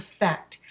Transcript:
effect